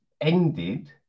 ended